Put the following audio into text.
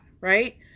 right